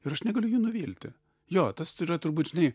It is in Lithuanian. ir aš negaliu jų nuvilti jo tas yra turbūt žinai